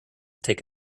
take